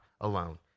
alone